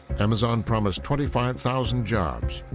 amazon promised twenty five thousand jobs,